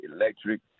electric